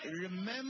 Remember